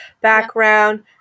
background